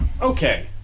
Okay